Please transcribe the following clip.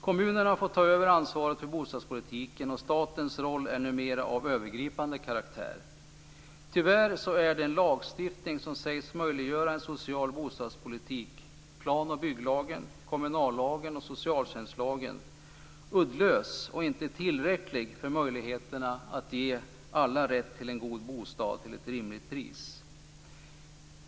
Kommunerna har fått ta över ansvaret för bostadspolitiken, och statens roll är numera av övergripande karaktär. Tyvärr är den lagstiftning som sägs möjliggöra en social bostadspolitik, plan och bygglagen, kommunallagen och socialtjänstlagen, uddlös och inte tillräcklig för möjligheterna att ge alla rätt till en god bostad till ett rimligt pris.